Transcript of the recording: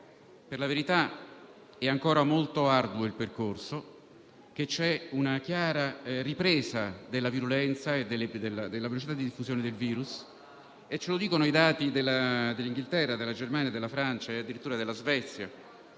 percorso è ancora molto arduo e c'è una chiara ripresa della virulenza e della velocità di diffusione del virus. Ce lo dicono i dati del Regno Unito, della Germania, della Francia e addirittura della Svezia.